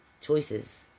choices